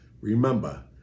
Remember